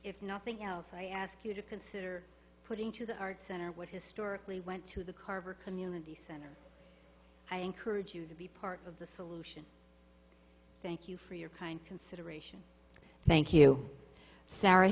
if nothing else i ask you to consider putting to the arts center what historically went to the carver community center i encourage you to be part of the solution thank you for your kind consideration thank you s